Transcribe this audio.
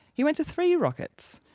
he went to three rockets.